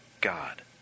God